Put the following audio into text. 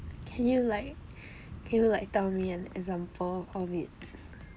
can you like can you like tell me an example of it